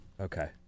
Okay